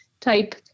type